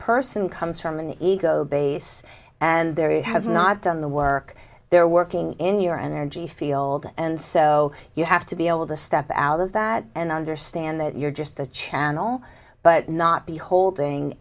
person comes from an ego base and there you have not done the work they're working in your energy field and so you have to be able to step out of that and understand that you're just a channel but not be holding